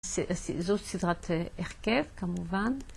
זו סדרת הרכב כמובן.